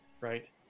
right